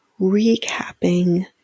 recapping